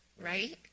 right